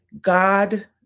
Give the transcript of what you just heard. God